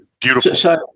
Beautiful